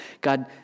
God